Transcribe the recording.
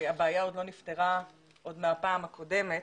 הבעיה עוד לא נפתרה עוד מהפעם הקודמת,